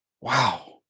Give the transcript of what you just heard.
Wow